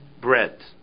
bread